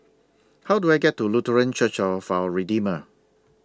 How Do I get to Lutheran Church of Our Redeemer